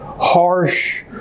harsh